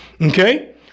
Okay